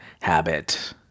habit